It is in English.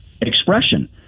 expression